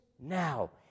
now